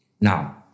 Now